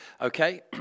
Okay